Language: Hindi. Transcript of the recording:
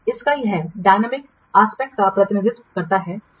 इसका यह डायनामिक एस्पेक्ट का प्रतिनिधित्व करता है